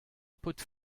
paotr